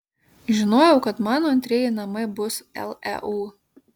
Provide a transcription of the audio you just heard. žinojau kad mano antrieji namai bus leu